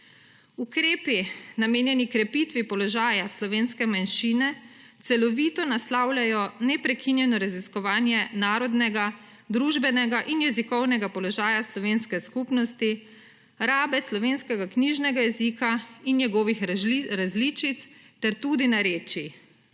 Ukrepi namenjeni krepitvi položaja slovenske manjšine celovito naslavljajo neprekinjeno raziskovanje narodnega, družbenega in jezikovnega položaja slovenske skupnosti, rabe slovenskega knjižnega jezika in njegovih različic ter tudi narečij.